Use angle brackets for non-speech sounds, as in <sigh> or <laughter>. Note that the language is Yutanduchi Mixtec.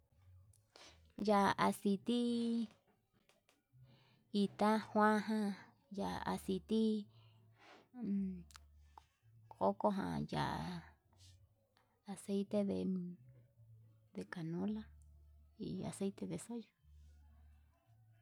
Ya'a aciti ita njuan ján, ya'a aciti <hesitation> coco jan ya'á aceite de kanola y acite de soya.